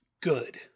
Good